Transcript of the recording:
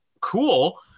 cool